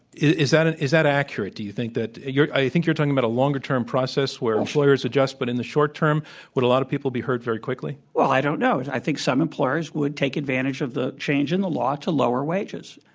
is that and is that accurate? do you think that you're i think you're talking about a longer-term process, where employers adjust, but in the short-term, would a lot of people be hurt very quickly? well, i don't know. i think some employers would take advantage of the change in the law to lower wages.